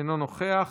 אינו נוכח,